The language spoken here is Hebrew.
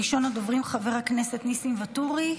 ראשון הדוברים, חבר הכנסת ניסים ואטורי,